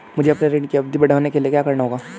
मुझे अपने ऋण की अवधि बढ़वाने के लिए क्या करना होगा?